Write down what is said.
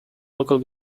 local